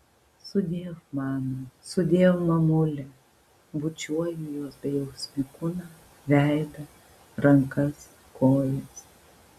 sudiev mama sudiev mamule bučiuoju jos bejausmį kūną veidą rankas kojas